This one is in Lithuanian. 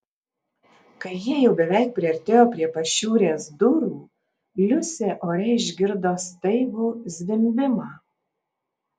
kai jie jau beveik priartėjo prie pašiūrės durų liusė ore išgirdo staigų zvimbimą